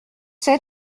sept